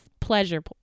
pleasure